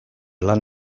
lan